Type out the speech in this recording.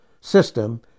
system